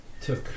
Took